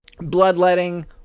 Bloodletting